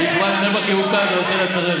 היא שומעת בני ברק ירוקה, זה עושה לה צרבת.